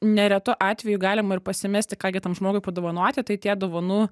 neretu atveju galima ir pasimesti ką gi tam žmogui padovanoti tai tie dovanų